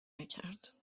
نکرد